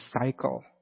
cycle